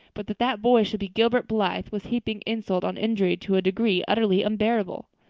but that that boy should be gilbert blythe was heaping insult on injury to a degree utterly unbearable.